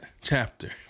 chapter